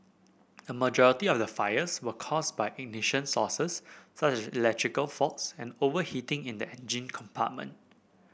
a majority of the fires were caused by ignition sources such as electrical faults and overheating in the engine compartment